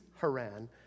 haran